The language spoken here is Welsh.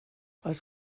oes